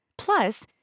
Plus